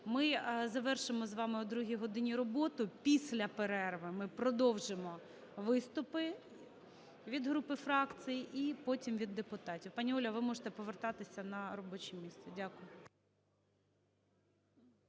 Ми завершимо з вами о другій годині роботу. Після перерви ми продовжимо виступи від груп і фракцій, і потім – від депутатів. Пані Оля, ви можете повертатися на робоче місце. Дякую.